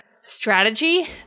strategy